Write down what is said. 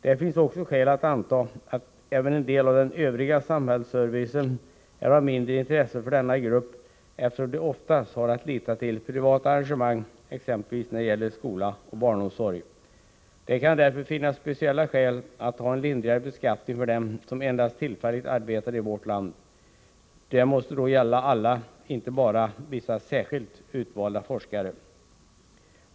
Det finns också skäl att anta att även en del övrig samhällsservice är av mindre intresse för dem som tillhör denna grupp, eftersom de oftast har att lita till privata arrangemang, exempelvis när det gäller skola och barnomsorg. Det kan därför finnas speciella skäl att ha en lindrigare beskattning för dem som endast tillfälligt arbetar i vårt land. Detta måste då gälla för alla — inte bara för vissa, särskilt utvalda forskare.